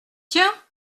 tiens